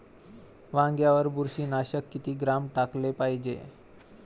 वांग्यावर बुरशी नाशक किती ग्राम टाकाले पायजे?